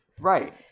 Right